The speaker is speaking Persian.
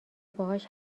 باهاش